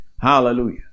hallelujah